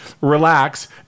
relax